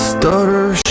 Stutter